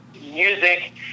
Music